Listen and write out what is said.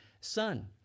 son